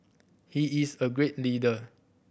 he is a great leader